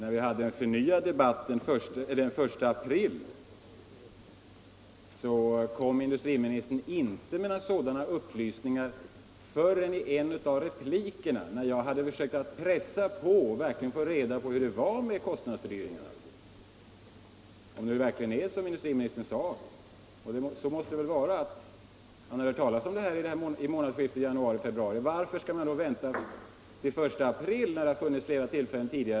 Då vi hade en ny debatt den 1 april, så kom inte industriministern med några sådana upplysningar förrän i en av replikerna när jag hade pressat på för att verkligen försöka få reda på hur stora kostnadsfördyringarna var. Om det verkligen är som industriministern sade, att han hörde talas om fördyringarna i månadsskiftet januari-februari, varför väntar han då till den 1 april med att tala om för svenska folket hur det förhöll sig?